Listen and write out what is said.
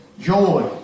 Joy